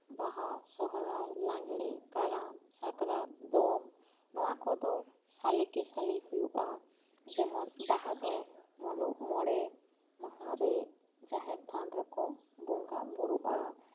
ᱵᱟᱦᱟ ᱥᱚᱦᱨᱟᱭ ᱞᱟᱸᱜᱬᱮ ᱠᱟᱨᱟᱢ ᱥᱟᱠᱨᱟᱛ ᱫᱚᱝ ᱱᱚᱣᱟ ᱠᱚᱫᱚ ᱥᱟᱞᱮ ᱠᱮ ᱥᱟᱞᱮ ᱦᱩᱭᱩᱜᱼᱟ ᱡᱮᱢᱚᱱ ᱵᱟᱦᱟ ᱫᱚ ᱢᱩᱞᱩᱜ ᱢᱚᱬᱮ ᱢᱟᱦᱟᱸ ᱨᱮ ᱡᱟᱦᱮᱨ ᱛᱷᱟᱱ ᱨᱮᱠᱚ ᱵᱚᱜᱟᱸ ᱵᱩᱨᱩᱜᱼᱟ